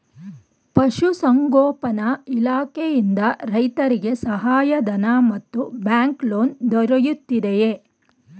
ಪಶು ಸಂಗೋಪನಾ ಇಲಾಖೆಯಿಂದ ರೈತರಿಗೆ ಸಹಾಯ ಧನ ಮತ್ತು ಬ್ಯಾಂಕ್ ಲೋನ್ ದೊರೆಯುತ್ತಿದೆಯೇ?